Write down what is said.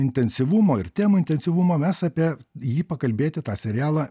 intensyvumo ir temų intensyvumo mes apie jį pakalbėti tą serialą